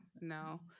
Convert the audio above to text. No